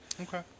Okay